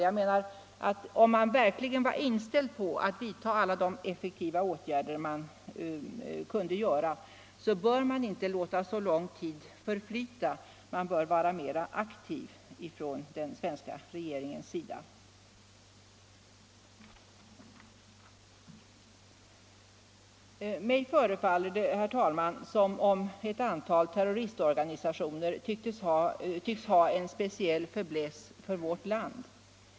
Om den svenska regeringen verkligen varit inställd på att vidta alla de effektiva åtgärder den kunde borde den inte ha låtit så lång tid förflyta, utan den borde varit mer aktiv. Mig förefaller det, herr talman, som om ett antal terroristorganisationer har en speciell fäbless för vårt land.